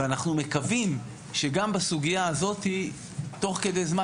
אנחנו מקווים שגם בסוגיה הזאת תוך כדי זמן